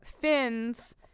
fins